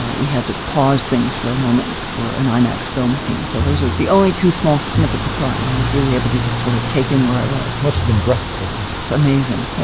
we had to pause things for a moment for an imax film scene. so, those are the only two small snippets of time i was really able to just sort of taken where i was. must have been breathtaking. it's amazing. yeah